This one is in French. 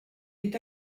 est